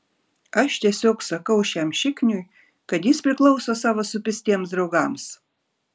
aš tiesiog sakau šiam šikniui kad jis priklauso savo supistiems draugams